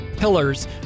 Pillars